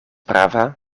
prava